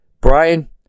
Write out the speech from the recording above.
Brian